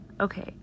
Okay